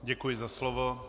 Děkuji za slovo.